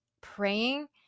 praying